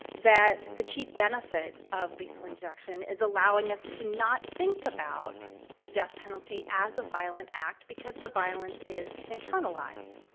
that the chief benefit of lethal injection is allowing us to not think about the death penalty as a violent act because the violence is internalized.